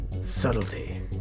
subtlety